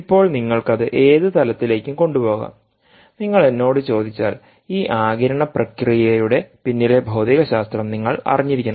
ഇപ്പോൾ നിങ്ങൾക്കത് ഏത് തലത്തിലേക്കും കൊണ്ടുപോകാം നിങ്ങൾ എന്നോട് ചോദിച്ചാൽ ഈ ആഗിരണ പ്രക്രിയയുടെ പിന്നിലെ ഭൌതികശാസ്ത്രം നിങ്ങൾ അറിഞ്ഞിരിക്കണം